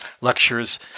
lectures